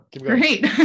Great